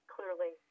Clearly